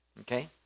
Okay